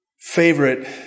favorite